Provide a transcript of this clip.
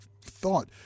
thought